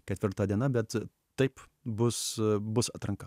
ketvirta diena bet taip bus bus atranka